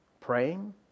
praying